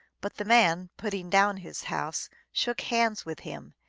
but the man, putting down his house, shook hands with him,